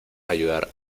ayudar